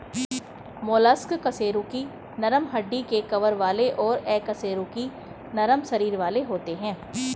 mollusc कशेरुकी नरम हड्डी के कवर वाले और अकशेरुकी नरम शरीर वाले होते हैं